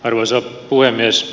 arvoisa puhemies